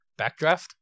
Backdraft